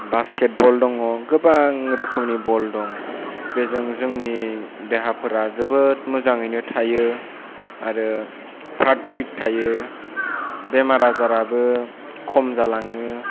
basketball दङ गोबां रोखोमनि बल दङ बेजों जोंनि देहाफोरा जोबोद मोजाङैनो थायो आरो फ्राथ फ्रिथ थायो बेमार आजाराबो खम जालाङो